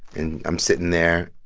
and i'm sitting there.